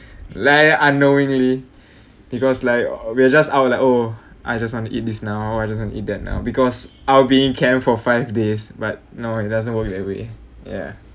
like unknowingly because like we're just out like oh I just want to eat this now I just want to eat that now because I'll be in camp for five days but no it doesn't work that way ya